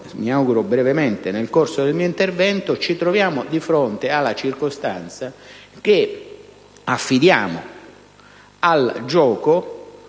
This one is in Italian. mi auguro brevemente, nel corso del mio intervento, ci troviamo di fronte alla circostanza che affidiamo al gioco